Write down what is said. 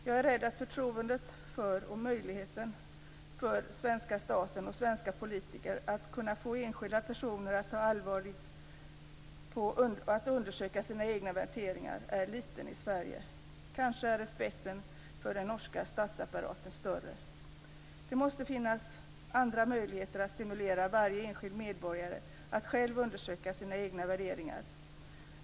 Jag är rädd att förtroendet för och möjligheterna för svenska staten och svenska politiker är små när det gäller att få enskilda personer att allvarligt undersöka sina egna värderingar. Kanske är respekten för den norska statsapparaten större. Det måste finnas andra möjligheter att stimulera varje enskild medborgare att själv undersöka sina egna värderingar.